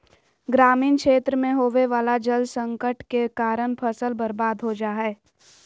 ग्रामीण क्षेत्र मे होवे वला जल संकट के कारण फसल बर्बाद हो जा हय